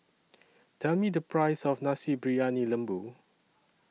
Tell Me The Price of Nasi Briyani Lembu